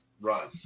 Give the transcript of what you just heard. run